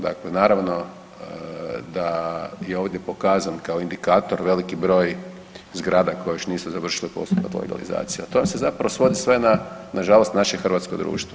Dakle, naravno da je ovdje pokazan kao indikator veliki broj zgrada koje još nisu završile poslove legalizacija, a to vam se zapravo svodi sve na nažalost na naše hrvatsko društvo.